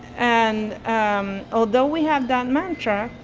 and um although we have that mantra,